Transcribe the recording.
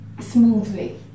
smoothly